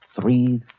three